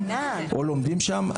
או לומדים שם,